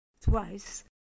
twice